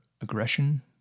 aggression